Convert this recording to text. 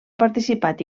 participat